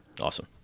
awesome